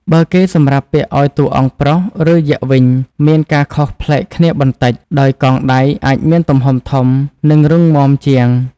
បើគេសម្រាប់ពាក់ឲ្យតួអង្គប្រុសឬយក្សវិញមានការខុសប្លែកគ្នាបន្តិច ដោយកងដៃអាចមានទំហំធំ និងរឹងមាំជាង។